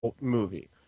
movie